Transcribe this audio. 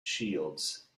shields